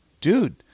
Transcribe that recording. dude